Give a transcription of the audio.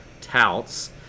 touts